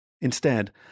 Instead